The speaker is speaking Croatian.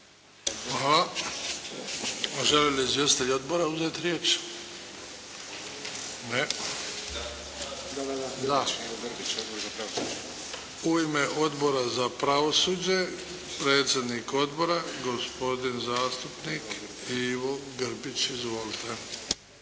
Žele li izvjestitelji odbora uzeti riječ? U ime Odbora za pravosuđe, predsjednik odbora gospodin zastupnik Ivo Grbić. Izvolite.